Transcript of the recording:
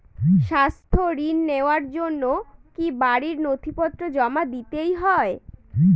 স্বাস্থ্য ঋণ নেওয়ার জন্য কি বাড়ীর নথিপত্র জমা দিতেই হয়?